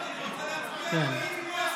אני רוצה להצביע.